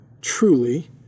truly